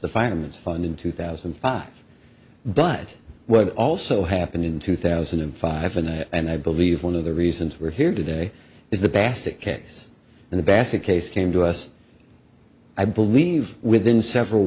the fireman's fund in two thousand and five but what also happened in two thousand and five and i believe one of the reasons we're here today is the basket case and the basket case came to us i believe within several